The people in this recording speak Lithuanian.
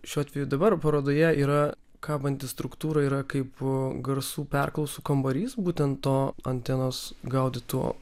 šiuo atveju dabar parodoje yra kabanti struktūra yra kaip garsų perklausų kambarys būtent to antenos gaudyto